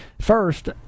First